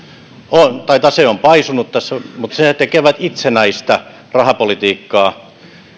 on paisunut tässä mutta he tekevät itsenäistä rahapolitiikkaa